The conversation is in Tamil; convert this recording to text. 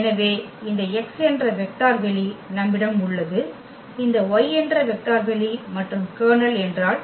எனவே இந்த X என்ற வெக்டர் வெளி நம்மிடம் உள்ளது இந்த Y என்ற வெக்டர் வெளி மற்றும் கர்னல் என்றால் என்ன